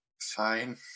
Fine